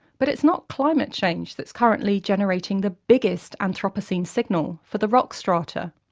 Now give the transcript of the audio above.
but it's not climate change that's currently generating the biggest anthropocene signal for the rock strata.